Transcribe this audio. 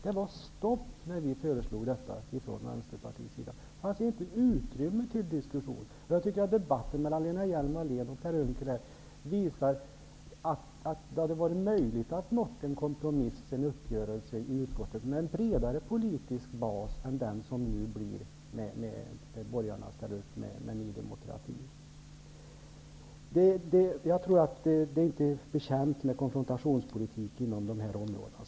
Det var stopp när vi föreslog detta från Vänsterpartiets sida. Det fanns inte utrymme för diskussion. Jag tycker debatten mellan Lena Hjelm-Wallén och Per Unckel visar att det hade varit möjligt att nå en uppgörelse i utskottet med en bredare politisk bas än den som nu blir med borgarna och Ny demokrati. Vi är inte betjänta av konfrontationspolitik inom dessa områden.